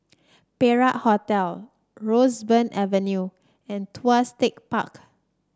Perak Hotel Roseburn Avenue and Tuas Tech Park